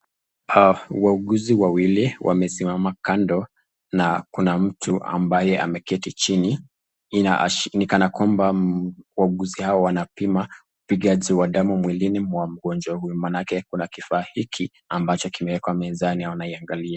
Wauguzi wawili wamesimama kando na kuna mtu ambaye ameketi chini, nikana kwamba wauguzi hao wanapima upingaji wa damu mwilini mwa mgonjwa huyu, manake kuna kifaa hiki ambacho limewekwa mezani anaiangalia.